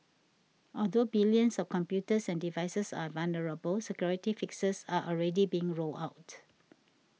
although billions of computers and devices are vulnerable security fixes are already being rolled out